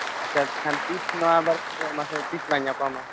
ᱟᱪᱪᱷᱟ ᱮᱱᱠᱷᱟᱱ ᱛᱤᱥ ᱱᱚᱣᱟ ᱵᱟᱨᱮ ᱛᱮᱫᱚ ᱢᱟᱥᱮ ᱛᱤᱥ ᱞᱟᱝ ᱧᱟᱯᱟᱢᱟ